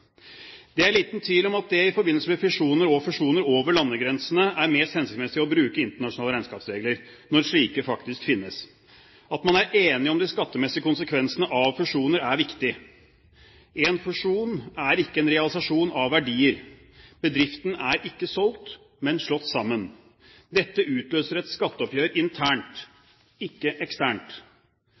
Det er liten tvil om at det i forbindelse med fisjoner og fusjoner over landegrensene er mest hensiktsmessig å bruke internasjonale regnskapsregler når slike faktisk finnes. At man er enig om de skattemessige konsekvensene av fusjoner, er viktig. En fusjon er ikke en realisasjon av verdier. Bedriften er ikke solgt, men slått sammen. Dette utløser et skatteoppgjør internt, ikke eksternt.